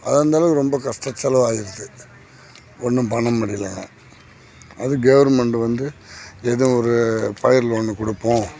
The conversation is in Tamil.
அது அந்தளவுக்கு ரொம்ப கஷ்ட செலவாக ஆயிருச்சு ஒன்றும் பண்ண முடியலைங்க அது கவுர்மெண்டு வந்து எதுவும் ஒரு பயிர் லோனு கொடுப்போம்